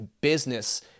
business